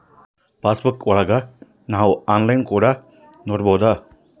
pass ಬುಕ್ಕಾ ಒಳಗ ನಾವ್ ಆನ್ಲೈನ್ ಕೂಡ ನೊಡ್ಬೋದು